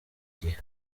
igihe